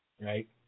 right